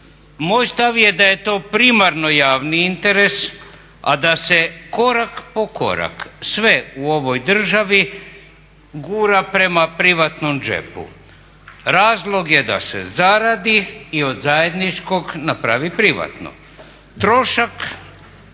Moj stav je da je to primarno javni interes, a da se korak po korak sve u ovoj državi gura prema privatnom džepu. Razlog je da se zaradi i od zajedničkog napravi privatno. Trošak